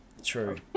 true